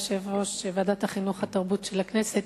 יושב-ראש ועדת החינוך והתרבות של הכנסת.